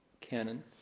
canon